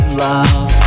love